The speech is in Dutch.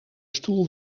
stoel